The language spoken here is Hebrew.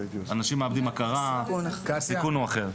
אנשים מאבדים הכרה והסיכון הוא אחר.